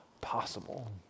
possible